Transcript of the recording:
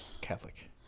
Catholic